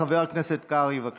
חבר הכנסת קרעי, בבקשה.